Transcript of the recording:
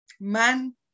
man